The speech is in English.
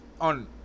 on